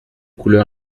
couleur